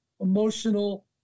emotional